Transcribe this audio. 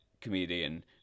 comedian